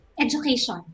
education